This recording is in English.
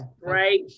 right